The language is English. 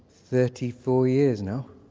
thirty four years now.